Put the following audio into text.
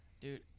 Dude